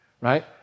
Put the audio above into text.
Right